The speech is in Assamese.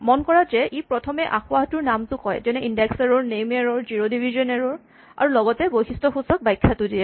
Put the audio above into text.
মন কৰা যে ই প্ৰথমে আসোঁৱাহটোৰ নামটো কয় যেনে index error name error zero division error আৰু লগতে বৈশিষ্টসূচক ব্যাখ্যাটো দিয়ে